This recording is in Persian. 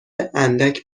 اندک